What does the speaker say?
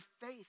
faith